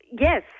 Yes